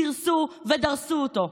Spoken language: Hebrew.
סירסו ודרסו אותו,